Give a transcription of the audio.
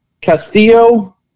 Castillo